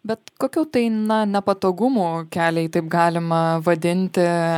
bet kokių tai na nepatogumų kelia jei taip galima vadinti